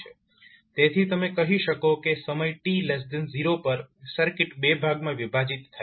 તેથી તમે કહી શકો કે સમય t0 પર સર્કિટ બે ભાગમાં વિભાજીત થાય છે